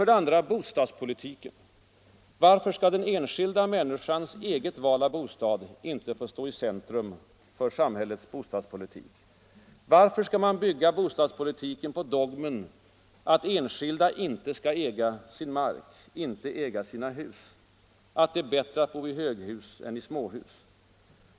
Det gäller bostadspolitiken. Varför skall den enskilda människans eget val av bostad inte få stå i centrum för samhällets bostadspolitik? Varför skall man bygga bostadspolitiken på dogmen att enskilda inte skall äga sin mark, inte äga sina hus? Att det är bättre att bo i höghus än i småhus?